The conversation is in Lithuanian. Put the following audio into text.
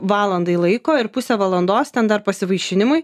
valandai laiko ir pusę valandos ten dar pasivaišinimui